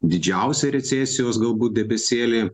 didžiausią recesijos galbūt debesėlį